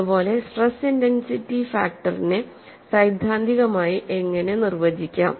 അതുപോലെ stress intensity ഫാക്ടറിനെ സൈദ്ധാന്തികമായി എങ്ങനെ നിർവചിക്കാം